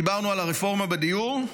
דיברנו על הרפורמה בדיור,